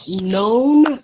known